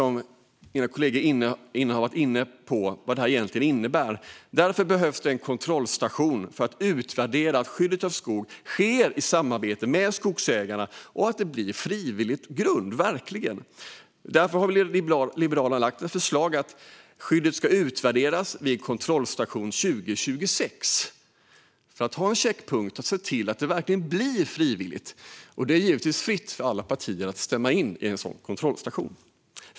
Mina kollegor har varit inne på vad det innebär. Därför behövs en kontrollstation för att utvärdera att skyddet av skog sker i samarbete med skogsägarna och på frivillig grund. Vi liberaler har lagt fram ett förslag att skyddet ska utvärderas vid en kontrollstation 2026 för att se till att det verkligen blir frivilligt. Det är givetvis fritt fram för alla partier att instämma i vårt förslag om en kontrollstation.